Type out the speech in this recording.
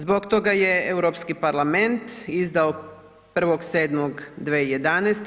Zbog toga je Europski parlament izdao 1.7.2011.